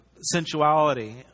sensuality